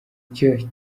cyo